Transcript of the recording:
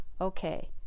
okay